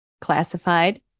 Classified